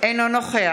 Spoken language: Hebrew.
אני רוצה לומר לכם